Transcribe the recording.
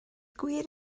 gwir